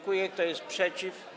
Kto jest przeciw?